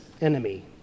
enemy